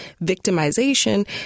victimization